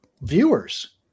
viewers